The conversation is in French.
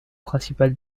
principale